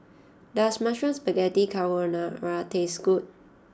does Mushroom Spaghetti Carbonara taste good